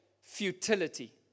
futility